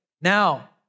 Now